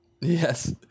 Yes